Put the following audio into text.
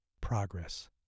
Progress